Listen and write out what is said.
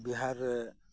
ᱵᱤᱦᱟᱨ ᱨᱮ